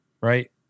right